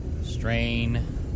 Strain